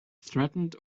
threatened